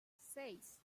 seis